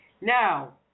Now